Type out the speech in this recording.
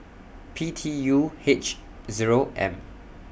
P T U H Zero M